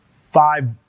five